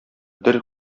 дер